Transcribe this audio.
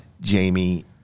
Jamie